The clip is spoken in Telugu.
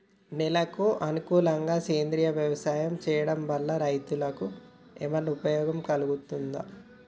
నేలకు అనుకూలంగా సేంద్రీయ వ్యవసాయం చేయడం వల్ల రైతులకు ఏమన్నా ఉపయోగం కలుగుతదా?